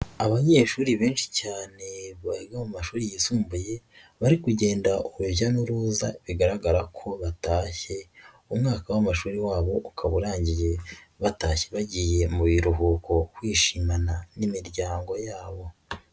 Abanyeshuri benshi cyane biga mu mashuri yisumbuye, bari kugenda urujya n'uruza bigaragara ko batashye, umwaka w'amashuri wabo ukaba urangiye batashye bagiye mu biruhuko kwishimana n'imiryango yabo.